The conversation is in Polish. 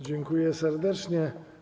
Dziękuję serdecznie.